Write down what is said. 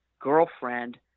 girlfriend